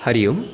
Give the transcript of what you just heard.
Hari Om